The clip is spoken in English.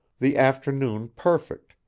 the afternoon perfect,